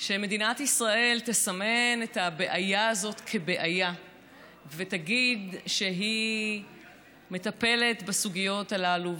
שמדינת ישראל תסמן את הבעיה הזאת כבעיה ותגיד שהיא מטפלת בסוגיות הללו.